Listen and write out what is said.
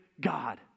God